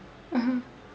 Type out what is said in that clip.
(uh huh)